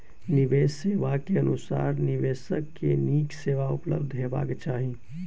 निवेश सेवा के अनुसार निवेशक के नीक सेवा उपलब्ध हेबाक चाही